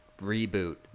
Reboot